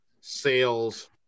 sales